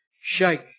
shake